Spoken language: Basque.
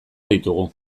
ditugu